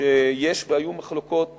שיש והיו מחלוקות